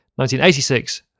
1986